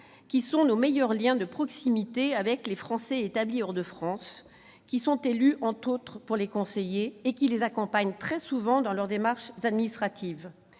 qui sont nos meilleurs liens de proximité avec les Français établis hors de France et qui sont élus, notamment, pour les conseiller et les accompagner lors de leurs démarches administratives.